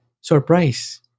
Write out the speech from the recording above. surprise